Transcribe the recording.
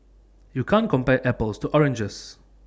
you can't compare apples to oranges